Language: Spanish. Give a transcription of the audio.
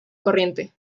corriente